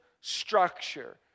structure